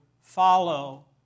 follow